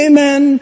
Amen